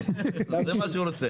זה מה שהוא רוצה.